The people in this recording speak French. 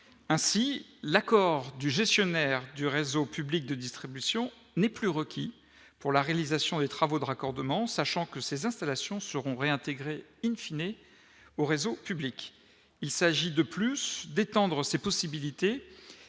ainsi l'accord du gestionnaire du réseau public de distribution n'est plus requis pour la réalisation des travaux de raccordement, sachant que ces installations seront réintégrés in fine et au réseau public, il s'agit de plus d'étendre ses possibilités